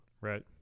right